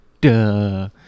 Duh